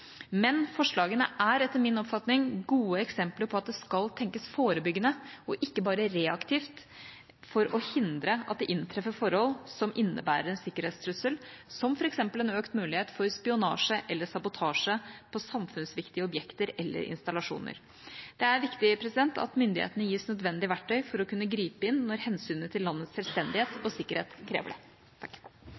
men forslagene er, etter min oppfatning, gode eksempler på at det skal tenkes forebyggende og ikke bare reaktivt for å hindre at det inntreffer forhold som innebærer en sikkerhetstrussel, som f.eks. en økt mulighet for spionasje eller sabotasje på samfunnsviktige objekter eller installasjoner. Det er viktig at myndighetene gis nødvendige verktøy for å kunne gripe inn når hensynet til landets selvstendighet og sikkerhet krever det.